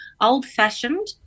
old-fashioned